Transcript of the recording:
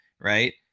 right